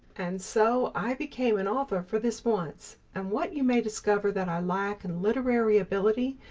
and so i became an author for this once, and what you may discover that i lack in literary ability,